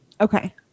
Okay